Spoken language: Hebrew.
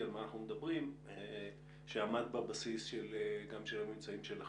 בנושא על מה אנחנו מדברים ומה עמד בבסיס הממצאים שלכם.